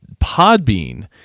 Podbean